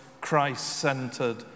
Christ-centered